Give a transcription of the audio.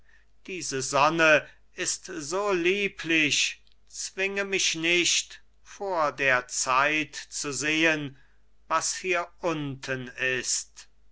diese sonne ist so lieblich zwinge mich nicht vor der zeit zu sehen was hier unten ist